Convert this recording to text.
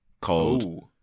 called